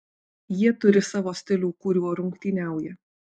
jie turi savo stilių kuriuo rungtyniauja